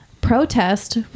protest